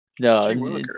No